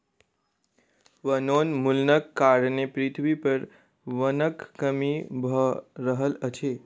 वनोन्मूलनक कारणें पृथ्वी पर वनक कमी भअ रहल अछि